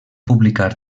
publicar